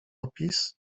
opis